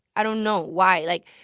i don't know. why, like,